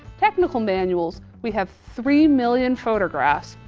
technical manuals, we have three million photographs,